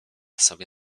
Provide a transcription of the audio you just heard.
sobie